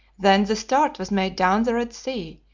then the start was made down the red sea,